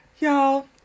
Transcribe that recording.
y'all